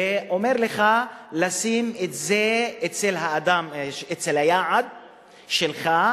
ואומר לך לשים את זה אצל היעד שלך,